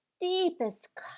deepest